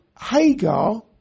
Hagar